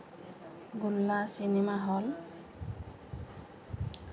গুন্না চিনেমা হল